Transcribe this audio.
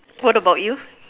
what about you